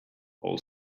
all